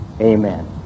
Amen